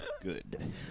Good